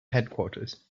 headquarters